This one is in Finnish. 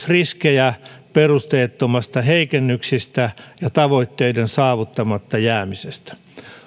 riskejä perusteettomista heikennyksistä ja tavoitteiden saavuttamatta jäämisestä